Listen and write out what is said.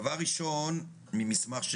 דבר ראשון, ממסמך,